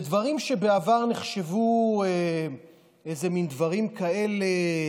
ודברים שבעבר נחשבו למין דברים כאלה,